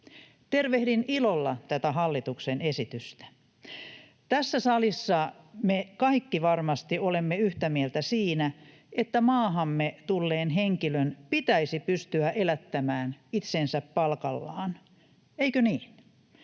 Tervehdin ilolla tätä hallituksen esitystä. Tässä salissa me kaikki varmasti olemme yhtä mieltä siitä, että maahamme tulleen henkilön pitäisi pystyä elättämään itsensä palkallaan, eikö niin?